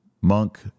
monk